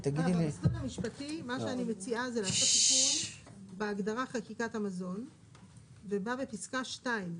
אני מציעה לעשות תיקון בהגדרה של חקיקת המזון כך שבפסקה (2),